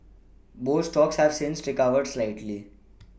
both stocks have since recovered slightly